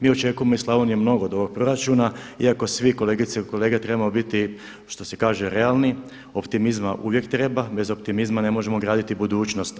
Mi očekujemo iz Slavonije mnogo od ovog proračuna iako svi kolegice i kolege trebamo biti što se kaže realni, optimizma uvijek treba, bez optimizma ne možemo graditi budućnost.